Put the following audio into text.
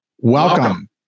Welcome